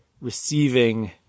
receiving